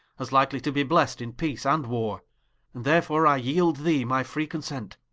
as likely to be blest in peace and warre and therefore i yeeld thee my free consent